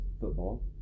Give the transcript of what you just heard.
football